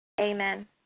Amen